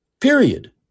Period